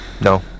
No